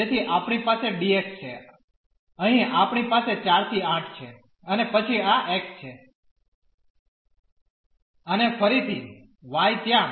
તેથી આપણી પાસે dx છે અહીં આપણી પાસે 4 ¿8 છે અને પછી આ x છે અને ફરીથી y ત્યાં